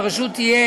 והרשות תהיה